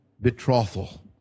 betrothal